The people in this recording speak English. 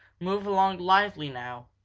move along lively now!